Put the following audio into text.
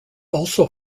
also